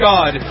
God